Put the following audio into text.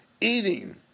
eating